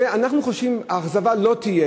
אנחנו חושבים שלא תהיה אכזבה,